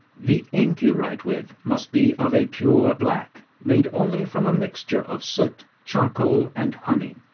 the ink you write with must be of a pure black, made only from a mixture of soot, charcoal, and honey.